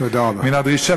תודה רבה.